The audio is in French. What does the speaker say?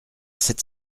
sept